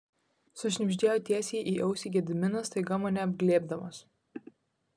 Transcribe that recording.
sušnibždėjo tiesiai į ausį gediminas staiga mane apglėbdamas